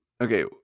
Okay